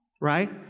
right